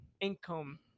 income